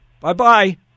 Bye-bye